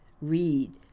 Read